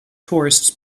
tourists